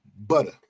Butter